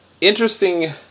interesting